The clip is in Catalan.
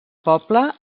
poble